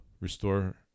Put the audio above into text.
restore